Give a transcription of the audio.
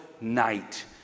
night